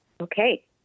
Okay